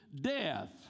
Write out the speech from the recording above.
death